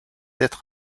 être